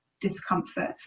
discomfort